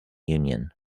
union